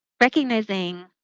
recognizing